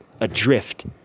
adrift